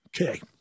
Okay